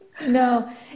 No